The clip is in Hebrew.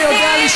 תדברו על שוויון.